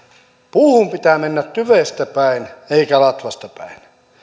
puuhun pitää mennä tyvestä päin eikä latvasta päin